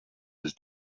his